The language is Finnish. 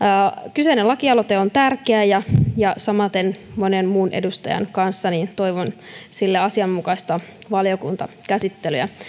kyseinen lakialoite on tärkeä ja ja samaten monen muun edustajan kanssa toivon sille asianmukaista valiokuntakäsittelyä